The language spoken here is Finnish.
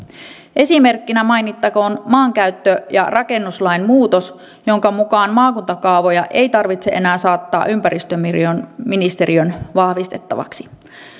esimerkkinä mainittakoon maankäyttö ja rakennuslain muutos jonka mukaan maakuntakaavoja ei tarvitse enää saattaa ympäristöministeriön vahvistettavaksi